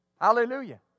Hallelujah